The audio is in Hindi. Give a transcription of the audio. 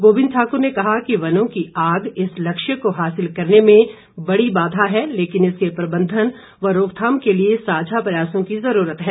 गोबिंद ठाकुर ने कहा कि वनों की आग इस लक्ष्य को हासिल करने में बड़ी बाधा है लेकिन इसके प्रबंधन व रोकथाम के लिए साझा प्रयासों की ज़रूरत है